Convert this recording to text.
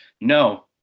no